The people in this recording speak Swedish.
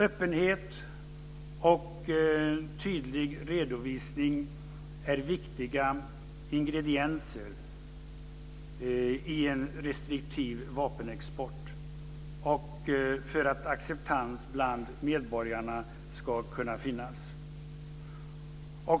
Öppenhet och tydlig redovisning är viktiga ingredienser i en restriktiv vapenexport. Det är också viktigt för att acceptans bland medborgarna ska kunna finnas.